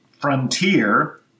frontier